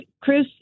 Chris